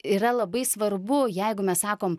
yra labai svarbu jeigu mes sakom